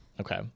Okay